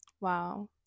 Wow